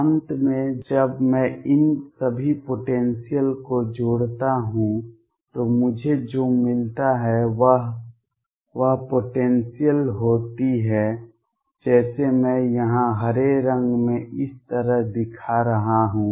अंत में जब मैं इन सभी पोटेंसियल को जोड़ता हूं तो मुझे जो मिलता है वह वह पोटेंसियल होती है जैसे मैं यहां हरे रंग में इस तरह दिखा रहा हूं